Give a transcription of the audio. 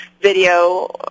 video